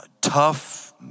tough